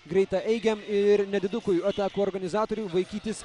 greitaeigiam ir nedidukui atakų organizatoriui vaikytis